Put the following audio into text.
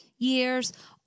years